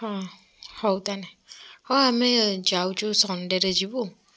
ହଁ ହଉ ତାନେ ହଁ ଆମେ ଯାଉଛୁ ସନ୍ଡ଼େରେ ଯିବୁ